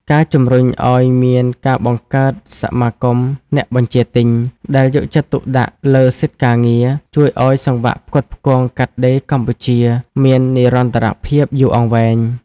ការជំរុញឱ្យមានការបង្កើតសមាគមអ្នកបញ្ជាទិញ ដែលយកចិត្តទុកដាក់លើសិទ្ធិការងារ ជួយឱ្យសង្វាក់ផ្គត់ផ្គង់កាត់ដេរកម្ពុជាមាននិរន្តរភាពយូរអង្វែង។